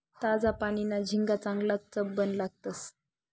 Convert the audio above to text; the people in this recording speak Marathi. ताजा पानीना झिंगा चांगलाज चवबन लागतंस